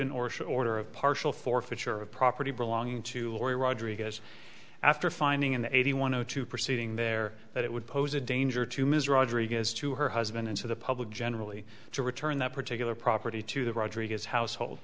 short order of partial forfeiture of property belonging to or rodriguez after finding an eighty one zero two proceeding there that it would pose a danger to ms rodriguez to her husband into the public generally to return that particular property to the rodriguez household